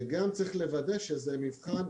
וגם צריך לוודא שזה מבחן,